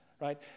Right